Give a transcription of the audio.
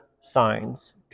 signs